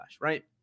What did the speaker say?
right